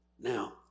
Now